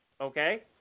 okay